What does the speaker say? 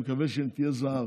אני מקווה שהיא תהיה זהב.